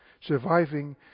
Surviving